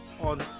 on